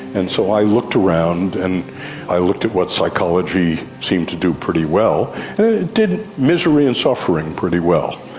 and so i looked around and i looked at what psychology seemed to do pretty well it did misery and suffering pretty well.